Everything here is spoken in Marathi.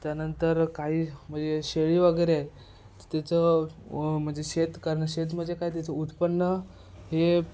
त्यानंतर काही म्हणजे शेळी वगैरे आहे त्याचं म्हणजे शेत करणं शेत म्हणजे काय त्याचं उत्पन्न हे